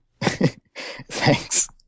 Thanks